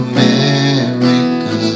America